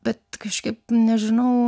bet kažkaip nežinau